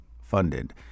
funded